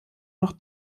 nach